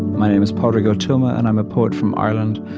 my name is padraig o tuama, and i'm a poet from ireland.